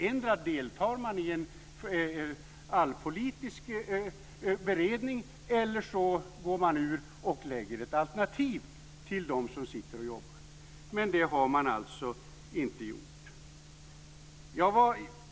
Endera deltar man i en allpolitisk beredning eller så går man ur den och lägger fram ett alternativ till den beredning som sitter och jobbar. Men det har man alltså inte gjort.